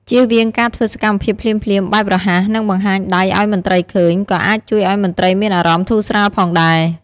ជៀសវាងការធ្វើសកម្មភាពភ្លាមៗបែបរហ័ស និងបង្ហាញដៃឱ្យមន្ត្រីឃើញ ក៏អាចជួយឱ្យមន្ត្រីមានអារម្មណ៍ធូរស្រាលផងដែរ។